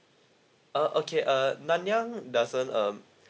uh okay uh nanyang doesn't um